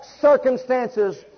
circumstances